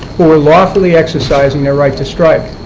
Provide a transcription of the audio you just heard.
who were lawfully exercising their right to strike?